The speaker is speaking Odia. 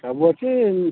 ସବୁ ଅଛି